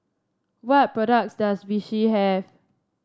what products does Vichy have